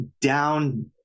down